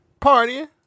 Partying